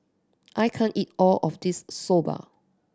I can't eat all of this Soba